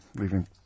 leaving